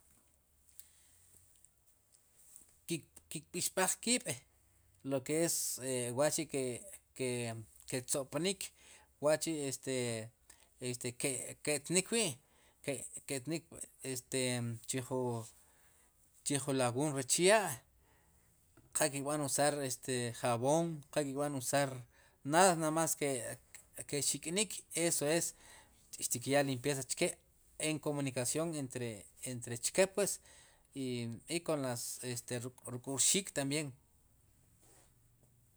Ki' kpispaj kiib' lo que es wachi' ki' tzo'pnik, wa'chi' este ke'tnik wi' ke'tnik este, chijun chijun lawuun rech ya' qal kb'an uzar este ri jabon qal kb'an uzar nada namás ki'xik'nik eso es xtikyaa limpieza che en comunicación entre chke pues i kon las ruk'wur rik' tambien.